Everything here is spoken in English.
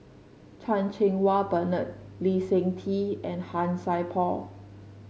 Chan Cheng Wah Bernard Lee Seng Tee and Han Sai Por